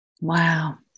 Wow